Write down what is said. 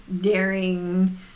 daring